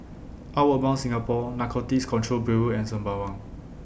Outward Bound Singapore Narcotics Control Bureau and Sembawang